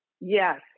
Yes